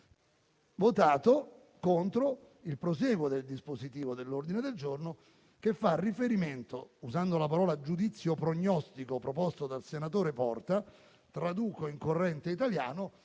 votato contro il proseguo del dispositivo dell'ordine del giorno che fa riferimento alla locuzione «giudizio prognostico» proposta dal senatore Porta. Traducendola in italiano